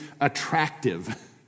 attractive